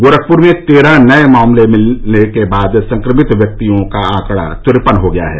गोरखपुर में तेरह नए मामले सामने आने के बाद संक्रमित व्यक्तियों का आंकड़ा तिरपन हो गया है